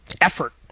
effort